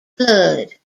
blood